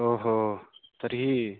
ओ हो तर्हि